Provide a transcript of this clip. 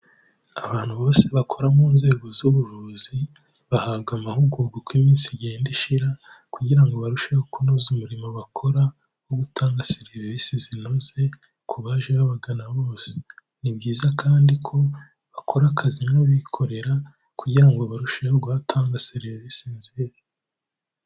Abantu bose bakora mu nzego z'ubuvuzi bahabwa amahugurwa uko iminsi igenda ishira kugira ngo barusheho kunoza umurimo bakora wo gutanga serivisi zinoze ku baje babagana bose, ni byiza kandi ko bakora akazi nk'abikorera kugira ngo barusheho gutanga serivisi nziza.